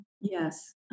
Yes